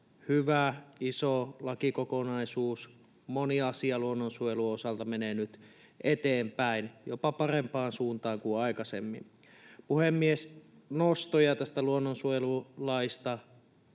hyvä, iso lakikokonaisuus, moni asia luonnonsuojelun osalta menee nyt eteenpäin, jopa parempaan suuntaan kuin aikaisemmin. Puhemies! Nostoja tästä luonnonsuojelulaista.